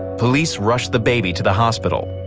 police rushed the baby to the hospital.